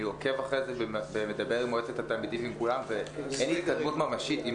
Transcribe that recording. אני עוקב אחרי זה ומדבר עם מועצת התלמידים ואין התקדמות ממשית.